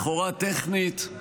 לכאורה טכנית,